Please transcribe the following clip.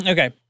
Okay